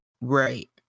Right